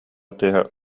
тыаһа